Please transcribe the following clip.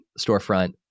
storefront